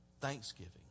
thanksgiving